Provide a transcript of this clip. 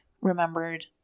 remembered